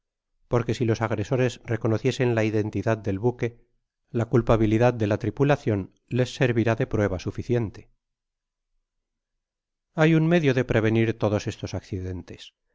porque si los agresores reconociesen la identidad del buque la culpabilidad de la tripulacion les servará de prueba suficiente hay un medio de prevenir todos estos accidentes